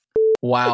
Wow